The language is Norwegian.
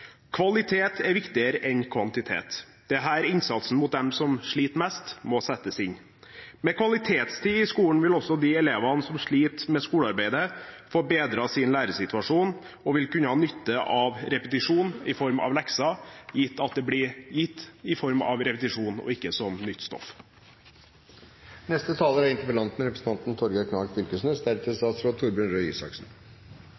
Kvalitet er viktigere enn kvantitet. Her må innsatsen for dem som sliter mest, settes inn. Med kvalitetstid i skolen vil også de elevene som sliter med skolearbeidet, få bedret sin læresituasjon, og de vil kunne ha nytte av repetisjon i form av lekser, gitt at disse blir gitt i form av repetisjon og ikke som nytt stoff.